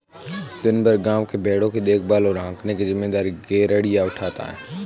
दिन भर गाँव के भेंड़ों की देखभाल और हाँकने की जिम्मेदारी गरेड़िया उठाता है